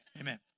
Amen